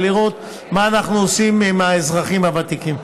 ולראות מה אנחנו עושים עם האזרחים הוותיקים.